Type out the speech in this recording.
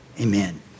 amen